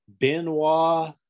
Benoit